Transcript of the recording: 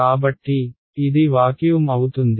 కాబట్టి ఇది వాక్యూమ్ అవుతుంది